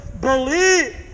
Believe